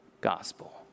gospel